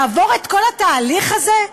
לעבור את כל התהליך הזה?